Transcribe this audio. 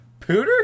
Pooter